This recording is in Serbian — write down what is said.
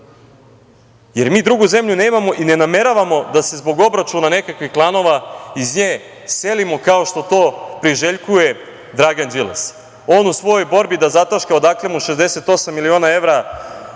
jer mi drugu zemlju nemamo i ne nameravamo da se zbog obračuna nekakvih klanova iz nje selimo kao što to priželjkuje Dragan Đilas. On u svojoj borbi da zataška odakle mu 68 miliona evra